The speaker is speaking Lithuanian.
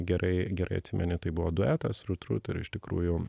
gerai gerai atsimeni tai buvo duetas rut rut ir iš tikrųjų